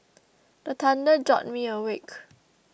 the thunder jolt me awake